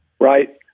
Right